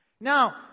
Now